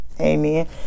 Amen